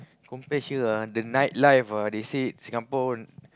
compare here ah the nightlife ah they say Singapore one